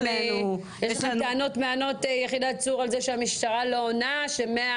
יש לכם טענות על זה שהמשטרה לא עונה, יחידת צור?